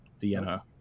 vienna